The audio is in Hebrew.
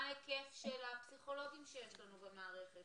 מה היקף של הפסיכולוגים שיש לנו במערכת,